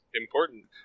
important